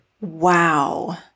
Wow